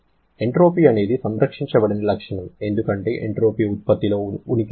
entropy అనేది సంరక్షించబడని లక్షణం ఎందుకంటే ఎంట్రోపీ ఉత్పత్తి ఉనికిలో ఉంది